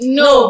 no